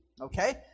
okay